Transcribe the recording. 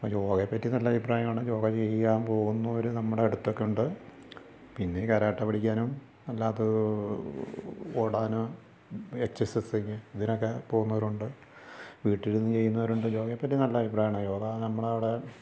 യോഗയെപ്പറ്റി നല്ല അഭിപ്രായമാണ് യോഗ ചെയ്യാൻ പോകുന്നവർ നമ്മുടെ അടുത്തുണ്ട് പിന്നെ കാരാട്ടെ പഠിക്കാനും അല്ലാത്ത ഓടാനും എക്സർസൈസിങ്ങ് ഇതിനൊക്കെ പോകുന്നവരുണ്ട് വീട്ടിലിരുന്നു ചെയ്യുന്നവരുണ്ട് യോഗയെപ്പറ്റി നല്ല അഭിപ്രായമാണ് യോഗ നമ്മുടെ അവിടെ